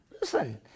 Listen